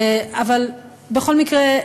אבל בכל מקרה,